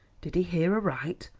did he hear aright?